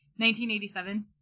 1987